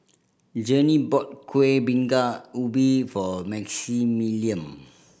Journey bought Kueh Bingka Ubi for Maximilian